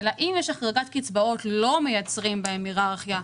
אלא אם יש החרגה של קצבאות לא מייצרים בהן היררכיה,